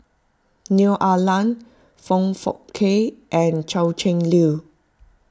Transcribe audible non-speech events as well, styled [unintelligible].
Neo Ah Luan Foong Fook Kay and [unintelligible] Liu